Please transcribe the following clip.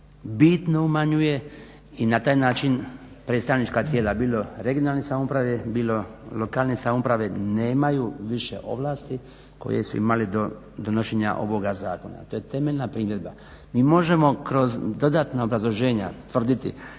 bitno umanjuje i na taj način predstavnička tijela bilo regionalne samouprave, bilo lokalne samouprave nemaju više ovlasti koje su imali do donošenja ovoga zakona. To je temeljna primjedba. Mi možemo kroz dodatna obrazloženja tvrditi